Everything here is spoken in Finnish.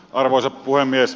arvoisa puhemies